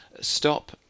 stop